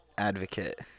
Advocate